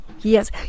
Yes